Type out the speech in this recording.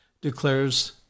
declares